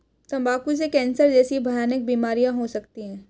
तंबाकू से कैंसर जैसी भयानक बीमारियां हो सकती है